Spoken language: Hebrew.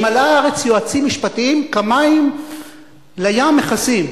מלאה הארץ יועצים משפטיים כמים לים מכסים.